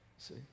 See